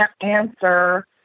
answer